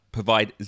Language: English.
Provide